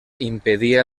impedia